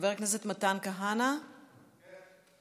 חבר הכנסת מתן כהנא, בבקשה.